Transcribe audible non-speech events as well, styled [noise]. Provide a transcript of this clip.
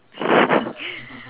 [breath]